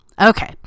Okay